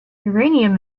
uranium